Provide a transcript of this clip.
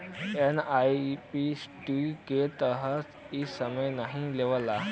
NEFT की तरह इ समय नाहीं लेवला